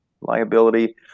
liability